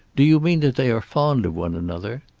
do you mean that they are fond of one another?